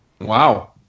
Wow